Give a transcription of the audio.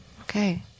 Okay